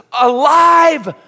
alive